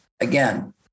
again